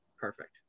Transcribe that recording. perfect